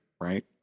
right